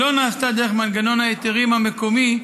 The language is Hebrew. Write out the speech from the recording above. שלא נעשתה דרך מנגנון ההיתרים המקומי,